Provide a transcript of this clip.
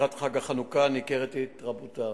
ולקראת חג החנוכה ניכרת התרבותה.